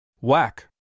Whack